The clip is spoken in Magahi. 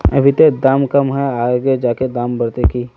अभी ते दाम कम है आगे जाके दाम बढ़ते की?